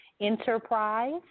Enterprise